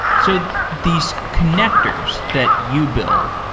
so these connectors that you build,